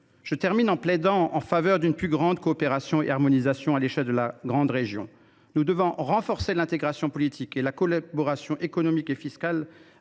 Je termine en plaidant en faveur d’une plus grande coopération et harmonisation à l’échelle de la Grande Région. Nous devons renforcer l’intégration politique, ainsi que la collaboration économique et fiscale